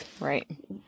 Right